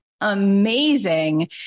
amazing